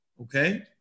Okay